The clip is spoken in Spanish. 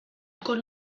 con